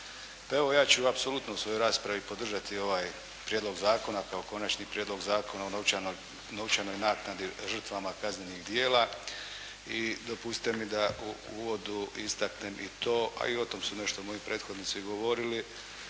Pa evo, ja ću apsolutno u svojoj raspravi podržati ovaj prijedlog zakona kao Konačni prijedlog Zakona o novčanoj naknadi žrtvama kaznenih djela i dopustite mi da u uvodu istaknem i to, a i o tome su nešto moji prethodnici govorili,